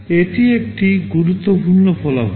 এটি একটি গুরুত্বপূর্ণ ফলাফল